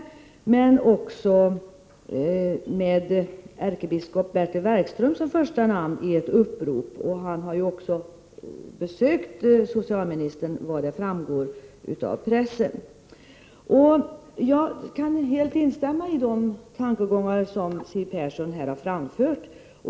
Dessutom har det gjorts ett upprop med ärkebiskop Bertil Werkström som första namn. Ärkebiskopen har också enligt pressen besökt socialministern. Jag kan helt instämma i de tankegångar som Siw Persson här har framfört.